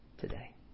today